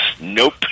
Nope